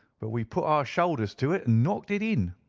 but we put our shoulders to it, and knocked it in.